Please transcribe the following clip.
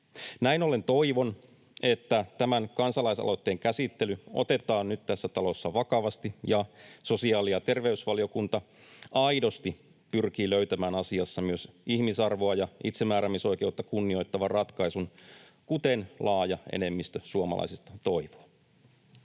Näin ollen toivon, että tämän kansalaisaloitteen käsittely otetaan nyt tässä talossa vakavasti ja sosiaali- ja terveysvaliokunta aidosti pyrkii löytämään asiassa myös ihmisarvoa ja itsemääräämisoikeutta kunnioittavan ratkaisun, kuten laaja enemmistö suomalaisista toivoo.